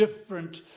different